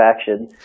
action